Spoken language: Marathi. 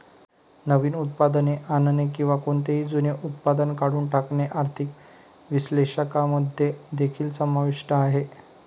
नवीन उत्पादने आणणे किंवा कोणतेही जुने उत्पादन काढून टाकणे आर्थिक विश्लेषकांमध्ये देखील समाविष्ट आहे